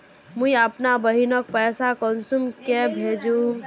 मुई अपना बहिनोक पैसा कुंसम के भेजुम?